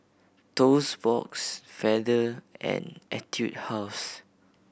Toast Box Feather and Etude House